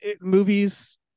movies